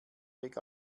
weg